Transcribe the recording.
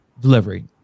delivery